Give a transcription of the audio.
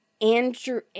Andrew